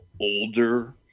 older